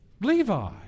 Levi